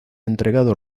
entregado